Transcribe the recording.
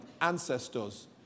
ancestors